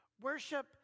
Worship